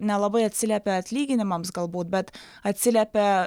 nelabai atsiliepia atlyginimams galbūt bet atsiliepia